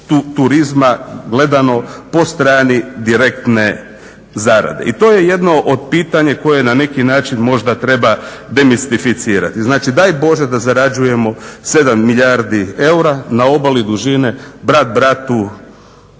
turizma gledano po srani direktne zarade. I to je jedno pitanje koje na neki način možda treba demistificirati. Znači daj Bože da zarađujemo 7 milijardi eura na obali dužine brat bratu